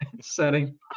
setting